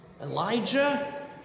Elijah